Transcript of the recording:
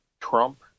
Trump